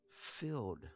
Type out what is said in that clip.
filled